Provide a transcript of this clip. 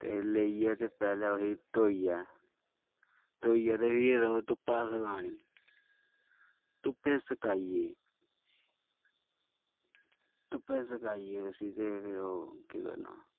ते लेइयै ते पैह्लें उसी धोइयै थोइयै ते फिर ओह् धुप्पा सकानी धुप्पै सकाइयै धुप्पै सकाइयै ते फिर ओह् केह् करना